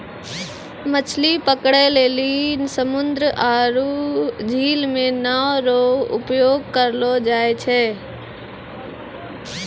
मछली पकड़ै लेली समुन्द्र आरु झील मे नांव रो उपयोग करलो जाय छै